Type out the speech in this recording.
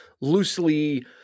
loosely –